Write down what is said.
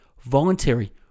voluntary